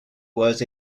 was